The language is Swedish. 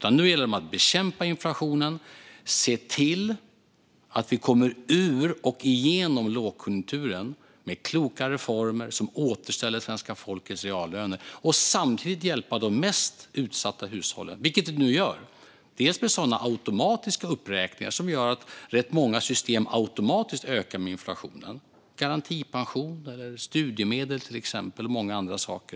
Nu gäller det att bekämpa inflationen, se till att vi kommer ur och igenom lågkonjunkturen med kloka reformer som återställer svenska folkets reallöner och samtidigt hjälpa de mest utsatta hushållen, vilket vi nu gör. Det sker bland annat genom automatiska uppräkningar som gör att rätt många system automatiskt ökar med inflationen. Det gäller till exempel garantipensioner, studiemedel och många andra saker.